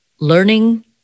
learning